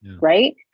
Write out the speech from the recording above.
right